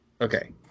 Okay